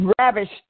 ravished